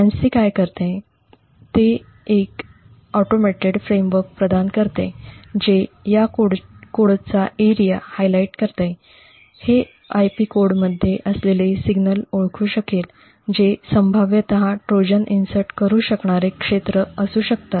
fancy काय करते ते हे एक स्वयंचलित फ्रेमवर्क प्रदान करते जे या कोडचे क्षेत्र हायलाइट करते हे IP कोडमध्ये असलेले सिग्नल ओळखू शकेल जे संभाव्यत ट्रोजन इन्सर्ट करू शकणारे क्षेत्र असू शकतात